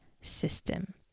system